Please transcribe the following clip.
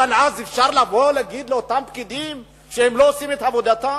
אבל אז אפשר לבוא להגיד לאותם פקידים שהם לא עושים את עבודתם?